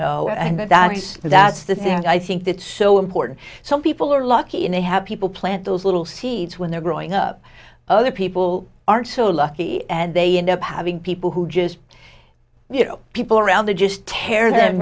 know and that's the thing i think that's so important some people are lucky and they have people plant those little seeds when they're growing up other people aren't so lucky and they end up having people who just you know people around the just tear them